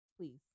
Please